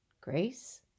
grace